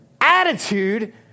Attitude